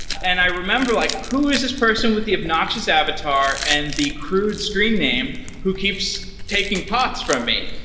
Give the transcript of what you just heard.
and i remember like who is this person with the obnoxious avatar and the crude screen name who keeps taking pots from me.